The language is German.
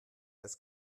als